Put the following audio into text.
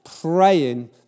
praying